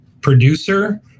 producer